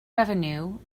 revenue